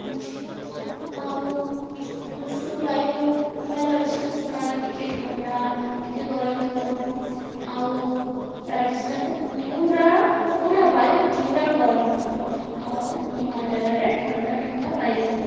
ଅଛି ଆଉ ଉଷ୍ଣ ବାୟୁ ଭଲ ଅଛି ଉଷ୍ଣ ଟିକେ ଥଣ୍ଡା ଟିକେ ଗରମ ଗରମ ଆଉ ରାଜସ୍ଥାନରେ ପୁରା ପୁରା ବାୟୁ ପୁରା ଗରମ ଆଉ ହିମାଳୟରେ ଥଣ୍ଡା ଥଣ୍ଡା ବାୟୁ